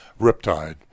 riptide